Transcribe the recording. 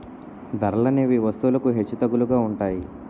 ధరలనేవి వస్తువులకు హెచ్చుతగ్గులుగా ఉంటాయి